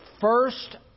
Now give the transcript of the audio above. First